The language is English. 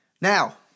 Now